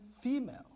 female